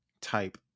type